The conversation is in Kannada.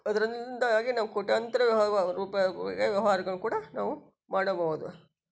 ಅದರಿಂದಾಗಿ ನಾವು ಕೋಟ್ಯಾಂತರ ರೂಪಾಯಿ ವ್ಯವ್ಹಾರ್ಗಳನ್ನು ಕೂಡ ನಾವು ಮಾಡಬಹುದು